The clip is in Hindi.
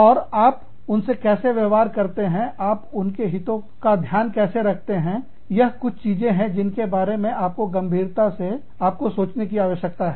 और आप उनसे कैसे व्यवहार करते हैं आप उनके हितों का ध्यान कैसे रखते हैं यह कुछ चीजें हैं जिनके बारे में आपको गंभीरता से आपको सोचने की आवश्यकता है